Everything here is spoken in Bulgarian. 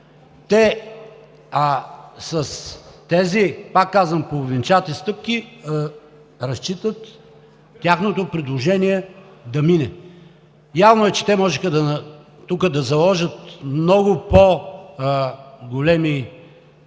С тези, пак казвам, половинчати стъпки разчитат тяхното предложение да мине. Явно е, че те можеха тук да заложат много по големи